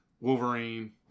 Wolverine